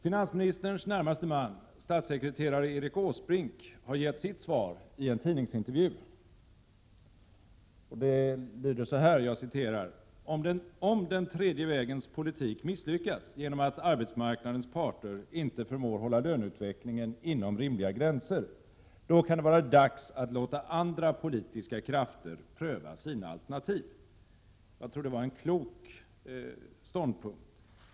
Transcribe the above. Finansministerns närmaste man, statssekreterare Erik Åsbrink, har givit sitt svar i en tidningsintervju: ”Om den tredje vägens politik misslyckas genom att arbetsmarknadens parter inte förmår hålla löneutvecklingen inom rimliga gränser, då kan det vara dags att låta andra politiska krafter pröva sina alternativ.” Jag tror att det var en klok ståndpunkt.